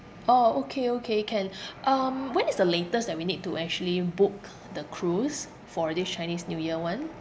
orh okay okay can um when is the latest that we need to actually book the cruise for this chinese new year [one]